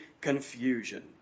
confusion